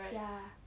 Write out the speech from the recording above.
ya